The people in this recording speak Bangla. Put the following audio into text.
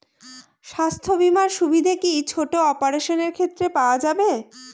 স্বাস্থ্য বীমার সুবিধে কি ছোট অপারেশনের ক্ষেত্রে পাওয়া যাবে?